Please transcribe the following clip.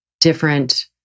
different